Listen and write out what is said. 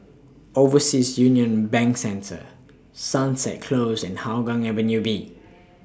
Overseas Union Bank Centre Sunset Close and Hougang Avenue B